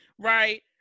right